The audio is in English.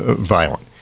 violent.